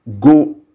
go